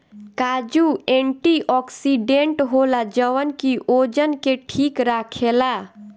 काजू एंटीओक्सिडेंट होला जवन की ओजन के ठीक राखेला